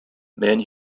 men